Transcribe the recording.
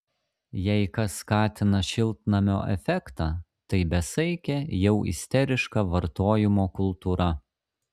jei kas skatina šiltnamio efektą tai besaikė jau isteriška vartojimo kultūra